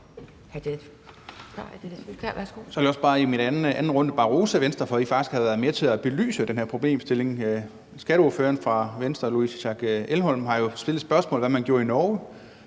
Så vil jeg også bare i min anden runde rose Venstre for, at I faktisk har været med til at belyse den her problemstilling. Skatteordføreren fra Venstre, Louise Schack Elholm, har jo stillet spørgsmål om, hvad man gjorde i Norge,